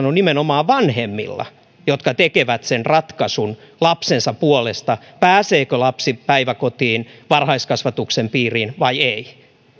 on nimenomaan vanhemmilla jotka tekevät sen ratkaisun lapsensa puolesta pääseekö lapsi päiväkotiin varhaiskasvatuksen piiriin vai ei